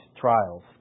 trials